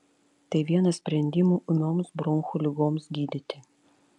tai vienas sprendimų ūmioms bronchų ligoms gydyti